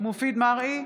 מופיד מרעי,